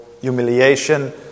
humiliation